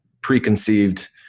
preconceived